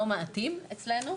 לא מעטים אצלנו,